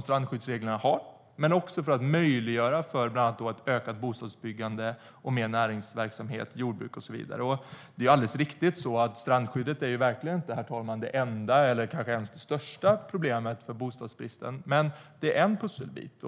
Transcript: strandskyddsreglernas syfte och möjliggöra ökat bostadsbyggande, mer näringsverksamhet, jordbruk och så vidare. Det är alldeles riktigt att strandskyddet inte är det enda eller ens det största problemet när det gäller bostadsbristen, men det är en pusselbit.